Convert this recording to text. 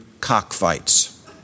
cockfights